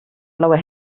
blaue